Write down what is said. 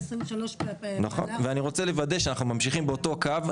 אני רוצה לוודא שאנחנו ממשיכים באותו קו.